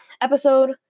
episode